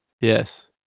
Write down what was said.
Yes